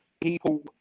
people